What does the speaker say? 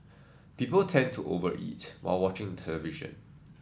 people tend to over eat while watching the television